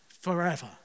forever